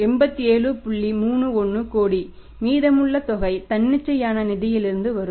31 கோடி மீதமுள்ள தொகை தன்னிச்சையான நிதியிலிருந்து வரும்